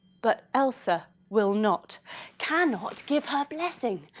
but elsa will not cannot give her blessing.